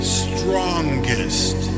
strongest